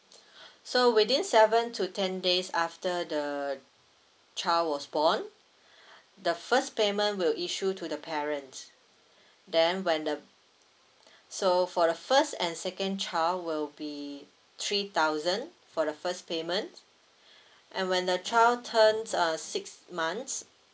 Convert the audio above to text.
so within seven to ten days after the child was born the first payment will issue to the parents then when the so for the first and second child will be three thousand for the first payment and when the child turns uh six months